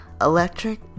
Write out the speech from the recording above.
electric